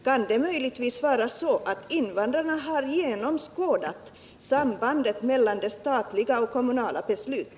Kan det möjligtvis vara så att invandrarna har genomskådat sambandet mellan de statliga och kommunala besluten?